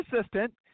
assistant